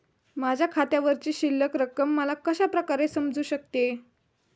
माझ्या खात्यावरची शिल्लक रक्कम मला कशा प्रकारे समजू शकते?